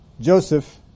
Joseph